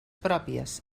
pròpies